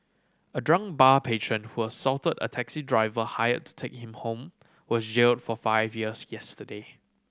a drunk bar patron who assaulted a taxi driver hired to take him home was jailed for five years yesterday